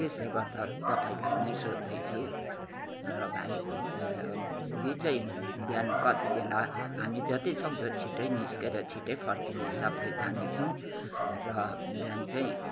त्सले गर्दा तपाईँलाई नै सोध्दैछु र भाइ भोलि चाहिँ बिहान कतिबेला हामी जतिसक्दो छिटै निस्केर छिटै फर्किने हिसाबले जानेछौँ र बिहान चाहिँ